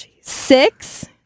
Six